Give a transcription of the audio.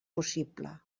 possible